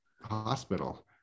hospital